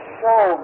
show